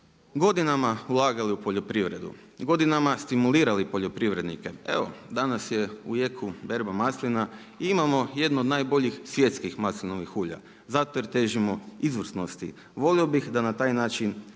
godinama ulagali u poljoprivredu, godinama stimulirali poljoprivrednike. Evo danas je u jeku berba maslina i imamo jednu od najboljih svjetskih maslinovih ulja, zato jer težimo izvrsnosti. Volio bih da na taj način